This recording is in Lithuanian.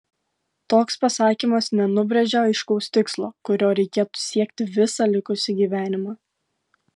toks pasakymas nenubrėžia aiškaus tikslo kurio reikėtų siekti visą likusį gyvenimą